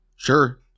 Sure